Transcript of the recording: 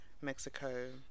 Mexico